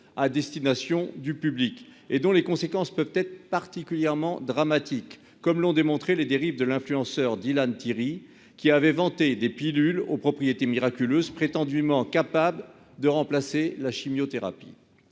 à destination du public et dont les conséquences peuvent être particulièrement dramatique, comme l'ont démontré les dérives de l'influenceur Dylan Thierry qui avait vanté des pilules aux propriétés miraculeuses prétendument en capable de remplacer la chimiothérapie.